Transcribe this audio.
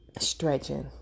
stretching